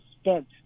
spent